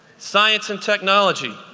science and technology.